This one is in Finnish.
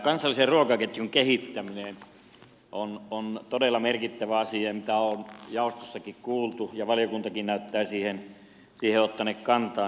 kansallisen ruokaketjun kehittäminen on todella merkittävä asia mitä on jaostossakin kuultu ja valiokuntakin näyttää siihen ottaneen kantaa